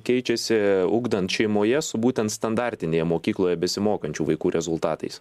keičiasi ugdant šeimoje su būtent standartinėje mokykloje besimokančių vaikų rezultatais